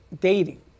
dating